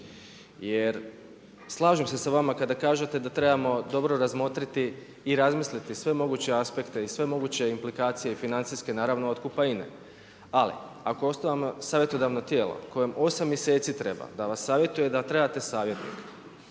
Jer slažem se sa vama kada kažete da trebamo dobro razmotriti i razmisliti sve moguće aspekte i sve moguće implikacije i financijske naravno otkupa INA-e. Ali ako osnujemo savjetodavno tijelo kojem 8 mjeseci treba da vas savjetuje da trebate savjetnika,